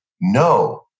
No